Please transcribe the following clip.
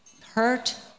hurt